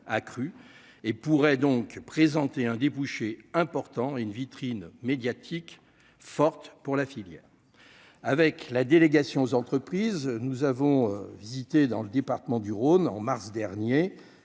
accrue et pourrait donc présenter un débouché important une vitrine médiatique forte pour la filière avec la délégation. Si aux entreprises nous avons visité dans le département du Rhône, en mars dernier